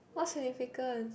what significance